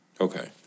Okay